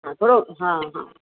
हा थोरो हा हा